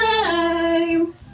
time